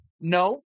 No